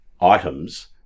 items